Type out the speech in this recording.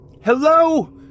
Hello